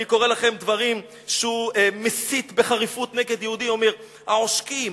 אני קורא לכם דברים שהוא מסית בחריפות נגד יהודים ואומר: "העושקים,